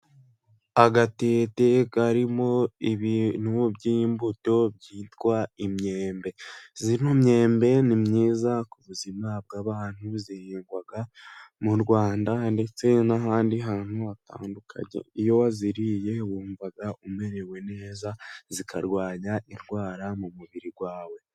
Agatete karimo ibintu by'imbuto byitwa imyembe. Ino myembe ni myiza ku buzima bw'abantu, ihingwa mu Rwanda ndetse n'ahandi hantu hatandukanye. Iyo wayiriye wumva umerewe neza, ikarwanya indwara mu mubiri wawe.